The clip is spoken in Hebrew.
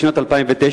בשנת 2009?